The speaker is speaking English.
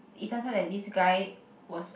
it tunrs out that this guy was